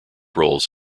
roles